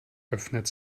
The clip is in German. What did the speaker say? öffnet